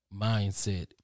mindset